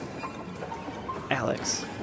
Alex